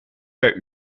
per